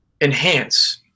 enhance